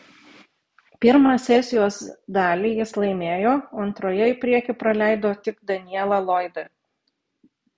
pirmą sesijos dalį jis laimėjo o antroje į priekį praleido tik danielą lloydą